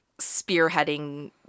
spearheading